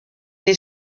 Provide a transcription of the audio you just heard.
est